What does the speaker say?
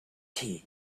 tea